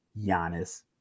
Giannis